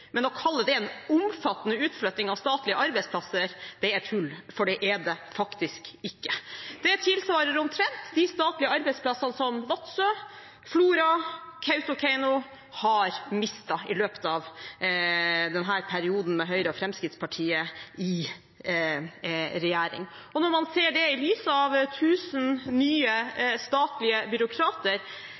men å kalle det en omfattende utflytting av statlige arbeidsplasser er tull, for det er det faktisk ikke. Det tilsvarer omtrent de statlige arbeidsplassene som Vadsø, Flora og Kautokeino har mistet i løpet av denne perioden med Høyre og Fremskrittspartiet i regjering. Når man ser det i lys av 1 000 nye statlige byråkrater,